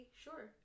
sure